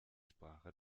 sprache